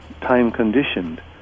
time-conditioned